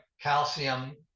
calcium